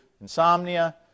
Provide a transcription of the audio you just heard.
insomnia